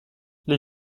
les